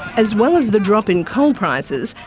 as well as the drop in coal prices,